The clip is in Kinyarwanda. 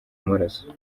maraso